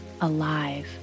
alive